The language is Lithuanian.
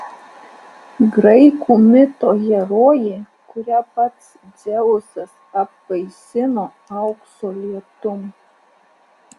graikų mito herojė kurią pats dzeusas apvaisino aukso lietum